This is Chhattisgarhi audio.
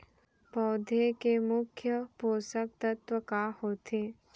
पौधे के मुख्य पोसक तत्व का होथे?